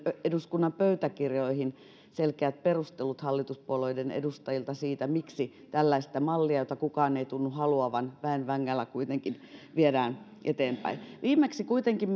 myös eduskunnan pöytäkirjoihin selkeät perustelut hallituspuolueiden edustajilta siitä miksi tällaista mallia jota kukaan ei tunnu haluavan väen vängällä kuitenkin viedään eteenpäin viimeksi kuitenkin